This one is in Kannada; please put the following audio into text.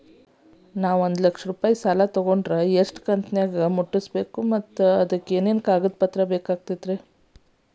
ನಾನು ಒಂದು ಲಕ್ಷ ರೂಪಾಯಿ ಸಾಲಾ ತೊಗಂಡರ ಎಷ್ಟ ಕಂತಿನ್ಯಾಗ ಮುಟ್ಟಸ್ಬೇಕ್, ಅದಕ್ ಏನೇನ್ ಕಾಗದ ಪತ್ರ ಕೊಡಬೇಕ್ರಿ?